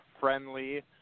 friendly